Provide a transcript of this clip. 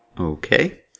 Okay